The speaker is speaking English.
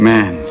Man